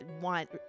want